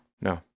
No